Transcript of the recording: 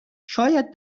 شاید